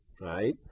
right